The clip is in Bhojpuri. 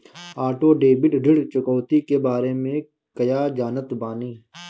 ऑटो डेबिट ऋण चुकौती के बारे में कया जानत बानी?